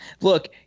Look